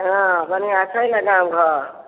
हँ बढ़िआँ छै ने गाँव घर